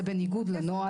זה בניגוד לנוהל,